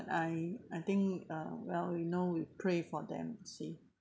I I think uh well you know you pray for them you see